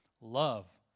love